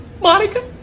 monica